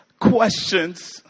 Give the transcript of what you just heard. questions